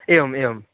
एवम् एवं